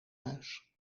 huis